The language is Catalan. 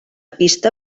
pista